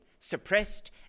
suppressed